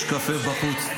יש קפה בחוץ,